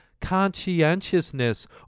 conscientiousness